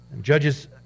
Judges